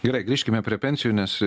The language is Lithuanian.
gerai grįžkime prie pensijų nes